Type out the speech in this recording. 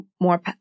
more